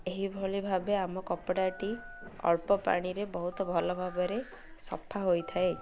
ଏହିଭଳି ଭାବେ ଆମ କପଡ଼ାଟି ଅଳ୍ପ ପାଣିରେ ବହୁତ ଭଲ ଭାବରେ ସଫା ହୋଇଥାଏ